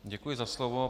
Děkuji za slovo.